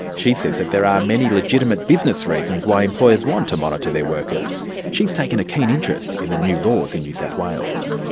she says that there are many legitimate business reasons why employers want to monitor their workers, and she's taken a keen interest in new laws in new south wales.